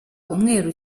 umweru